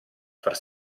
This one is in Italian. far